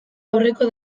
aurreko